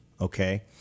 Okay